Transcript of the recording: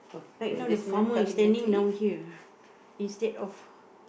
right now the farmer is standing down here instead of